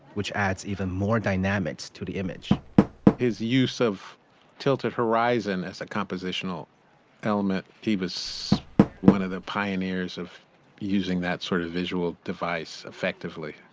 which adds even more dynamics to the image his use of tilted horizon as a compositional element. he was one of the pioneers of using that sort of visual device effectively.